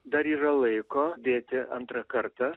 dar yra laiko dėti antrą kartą